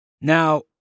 Now